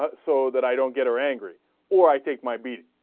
but so that i don't get are angry or i think might be